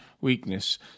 weakness